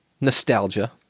nostalgia